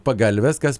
pagalves kas